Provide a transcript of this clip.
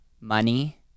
money